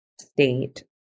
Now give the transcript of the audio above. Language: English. state